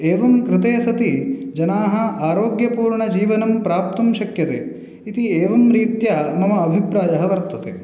एवं कृते सति जनाः आरोग्यपूर्णजीवनं प्राप्तुं शक्यते इति एवं रीत्या मम अभिप्रायः वर्तते